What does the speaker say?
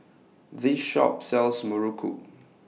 This Shop sells Muruku